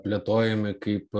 plėtojami kaip